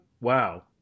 Wow